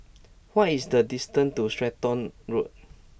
what is the distance to Stratton Road